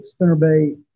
spinnerbait